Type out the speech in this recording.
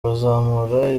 bazamura